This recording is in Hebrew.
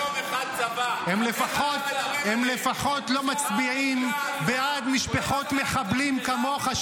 הם לפחות לא מצביעים בעד משפחות מחבלים כמוך,